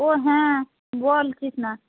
ও হ্যাঁ বল কৃষ্ণা